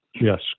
Yes